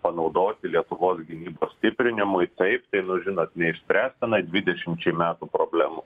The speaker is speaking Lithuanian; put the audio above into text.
panaudoti lietuvos gynybos stiprinimui taip tai nu žinot neišspręs tenai dvidešimčiai metų problemų